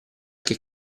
che